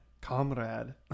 Comrade